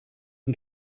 can